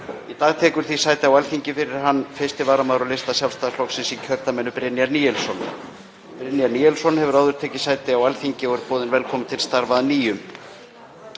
Í dag tekur því sæti á Alþingi fyrir hann 1. varamaður á lista Sjálfstæðisflokksins í kjördæminu, Brynjar Níelsson. Brynjar Níelsson hefur áður tekið sæti á Alþingi og er boðinn velkominn til starfa að nýju.